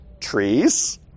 Trees